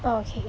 okay